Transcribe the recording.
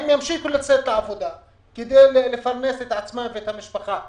הם ימשיכו לצאת לעבודה כדי לפרנס את עצמם ואת המשפחות שלהם.